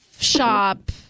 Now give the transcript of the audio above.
shop